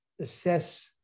assess